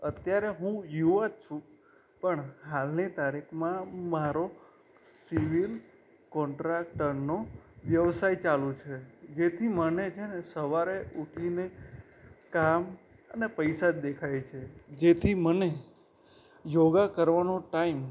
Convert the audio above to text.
અત્યારે હું યુવા જ છું પણ હાલની તારીખમાં મારો સિવિલ કોન્ટ્રાક્ટરનો વ્યવસાય ચાલું છે જેથી મને છે ને સવારે ઊઠીને કામ અને પૈસા જ દેખાય છે જેથી મને યોગા કરવાનો ટાઈમ